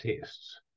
tests